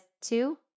two